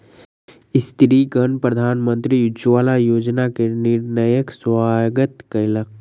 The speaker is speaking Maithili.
स्त्रीगण प्रधानमंत्री उज्ज्वला योजना के निर्णयक स्वागत कयलक